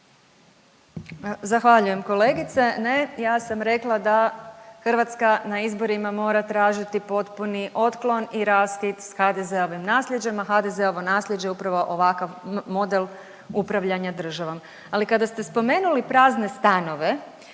Zahvaljujem kolegice. Ne, ja sam rekla da Hrvatska na izborima mora tražiti potpuni otklon i raskid sa HDZ-ovim naslijeđem, a HDZ-ovo naslijeđe upravo ovakav model upravljanja državom. Ali kada ste spomenuli prazne stanove